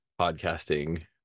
podcasting